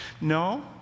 No